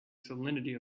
salinity